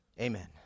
amen